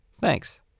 Thanks